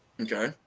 Okay